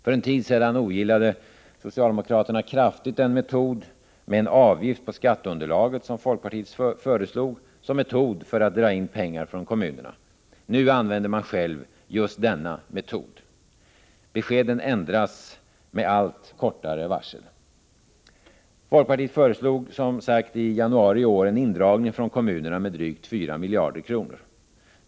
För en tid sedan ogillade socialdemokraterna kraftigt den metod med en avgift på skatteunderlaget som folkpartiet föreslog för att dra in pengar från kommunerna. Nu använder man själv just denna metod. Beskeden ändras med allt kortare varsel. Folkpartiet föreslog, som sagt, i januari i år en indragning från kommunerna med drygt 4 miljarder kronor.